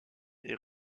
est